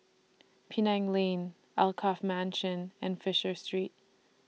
Penang Lane Alkaff Mansion and Fisher Street